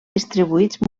distribuïts